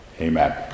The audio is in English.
amen